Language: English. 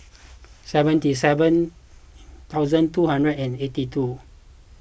seventy seven thousand two hundred and eighty two